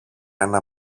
ένα